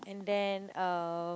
and then uh